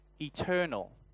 eternal